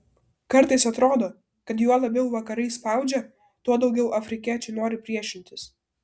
kartais atrodo kad juo labiau vakarai spaudžia tuo daugiau afrikiečiai nori priešintis